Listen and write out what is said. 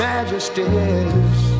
Majesties